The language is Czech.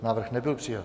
Návrh nebyl přijat.